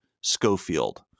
Schofield